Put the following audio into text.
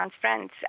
friends